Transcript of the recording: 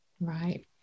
Right